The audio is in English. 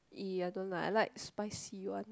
!ee! I don't like I like spicy one